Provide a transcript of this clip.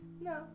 No